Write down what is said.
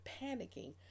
panicking